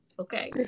Okay